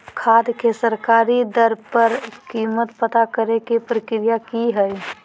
खाद के सरकारी दर पर कीमत पता करे के प्रक्रिया की हय?